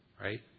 Right